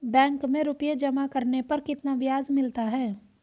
Bank में रुपये जमा करने पर कितना ब्याज मिलता है?